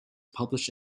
published